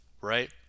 right